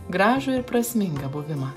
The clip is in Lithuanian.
gražų ir prasmingą buvimą